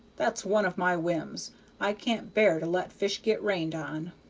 that's one of my whims i can't bear to let fish get rained on.